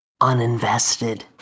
Uninvested